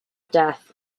death